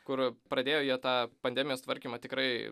kur pradėjo jie tą pandemijos tvarkymą tikrai